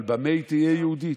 אבל במה היא תהיה יהודית?